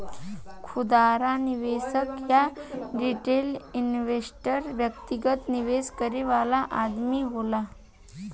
खुदरा निवेशक या रिटेल इन्वेस्टर व्यक्तिगत निवेश करे वाला आदमी होला